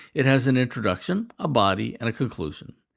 it has an introduction, a body, and a conclusion.